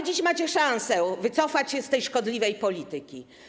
Dziś macie szansę wycofać się z tej szkodliwej polityki.